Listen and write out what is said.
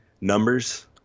numbers